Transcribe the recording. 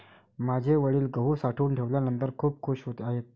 माझे वडील गहू साठवून ठेवल्यानंतर खूप खूश आहेत